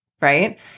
right